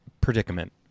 predicament